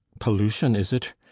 pollution, is it?